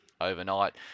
overnight